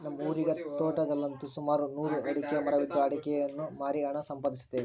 ನಮ್ಮ ಊರಿನ ತೋಟದಲ್ಲಂತು ಸುಮಾರು ನೂರು ಅಡಿಕೆಯ ಮರವಿದ್ದು ಅಡಿಕೆಯನ್ನು ಮಾರಿ ಹಣ ಸಂಪಾದಿಸುತ್ತೇವೆ